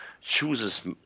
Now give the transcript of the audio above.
chooses